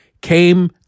came